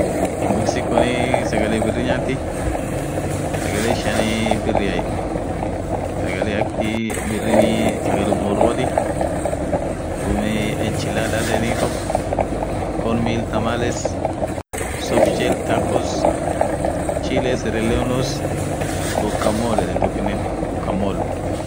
Mexiconii sagale birri nyathi sagale ishiani birriya sagale akhii birrini sagalum oruathi dhub enchii laders yedheni toko corn miles thamales soft shell tackles chilees rinollos ghokaa mole tokinen walkmole